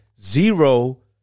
zero